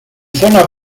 zona